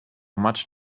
much